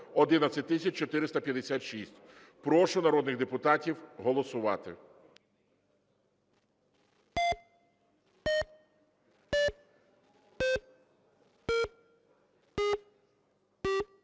прошу народних депутатів голосувати.